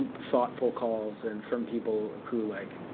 thoughtful calls and from people who like